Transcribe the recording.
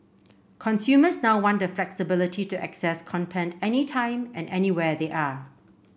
consumers now want the flexibility to access content any time and anywhere they are